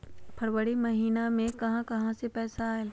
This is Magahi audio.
फरवरी महिना मे कहा कहा से पैसा आएल?